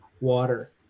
water